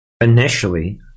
initially